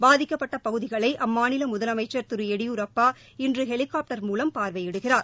பாதிக்கப்பட்ட பகுதிகளை அம்மாநில முதலமைச்சர் திரு எடியூரப்பா இன்று ஹெலிகாப்டர் மூலம் பார்வையிடுகிறார்